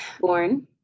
born